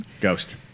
Ghost